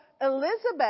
elizabeth